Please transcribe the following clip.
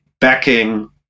backing